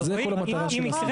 זו כל המטרה של הסעיף הזה.